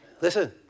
Listen